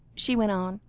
she went on,